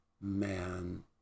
man